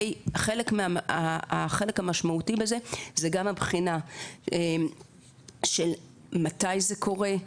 החלק המשמעותי בזה זה גם הבחינה של מתי זה קורה,